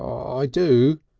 i do!